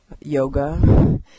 Yoga